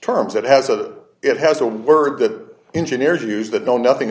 terms that has a that it has a word that engineers use that know nothing